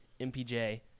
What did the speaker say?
mpj